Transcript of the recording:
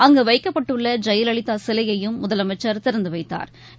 அங்குவைக்கப்பட்டுள்ளஜெயலலிதாசிலையையும் முதலமைச்சா் திறந்துவைத்தாா்